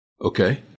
Okay